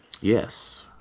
Yes